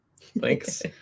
thanks